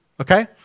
okay